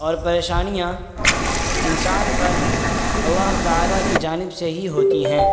اور پریشانیاں انسان پر اللہ تعالیٰ کی جانب سے ہی ہوتی ہیں